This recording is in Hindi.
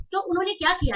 तो उन्होंने क्या किया है